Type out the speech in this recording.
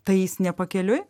tai jis ne pakeliui